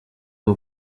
uwo